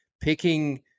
picking